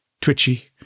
twitchy